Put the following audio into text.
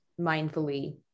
mindfully